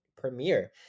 premiere